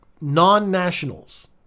non-nationals